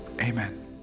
Amen